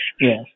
Yes